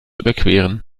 überqueren